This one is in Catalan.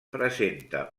presenta